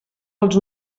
els